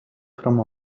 from